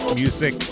music